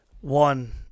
one